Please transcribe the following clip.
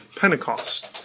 Pentecost